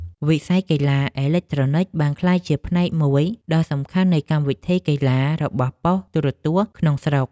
វិស័យកីឡាអេឡិចត្រូនិកបានក្លាយជាផ្នែកមួយដ៏សំខាន់នៃកម្មវិធីកីឡារបស់ប៉ុស្តិ៍ទូរទស្សន៍ក្នុងស្រុក។